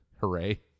hooray